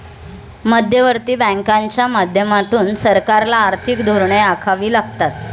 मध्यवर्ती बँकांच्या माध्यमातून सरकारला आर्थिक धोरणे आखावी लागतात